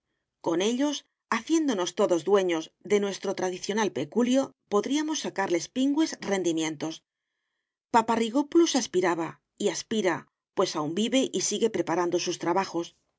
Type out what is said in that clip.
con ellos haciéndonos todos dueños de nuestro tradicional peculio podríamos sacarle pingües rendimientos paparrigópulos aspirabay aspira pues aún vive y sigue preparando sus trabajosa